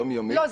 יומיומית -- לא,